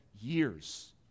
years